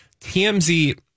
TMZ